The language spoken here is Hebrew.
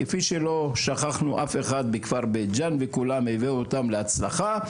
כפי שלא שכחנו אף אחד בכפר בית ג'אן וכולם הביאו אותם להצלחה,